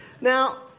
Now